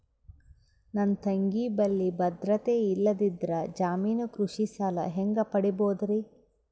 ನನ್ನ ತಂಗಿ ಬಲ್ಲಿ ಭದ್ರತೆ ಇಲ್ಲದಿದ್ದರ, ಜಾಮೀನು ಕೃಷಿ ಸಾಲ ಹೆಂಗ ಪಡಿಬೋದರಿ?